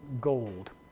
gold